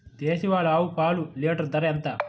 దేశవాలీ ఆవు పాలు లీటరు ధర ఎంత?